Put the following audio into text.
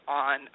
on